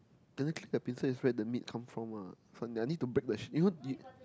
then the pincer is where the meat come from lah from there I need to break the shell you know you